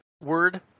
word